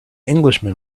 englishman